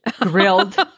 Grilled